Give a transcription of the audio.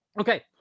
Okay